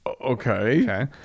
okay